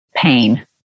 pain